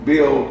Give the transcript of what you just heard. Bill